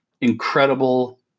incredible